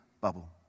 bubble